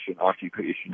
occupation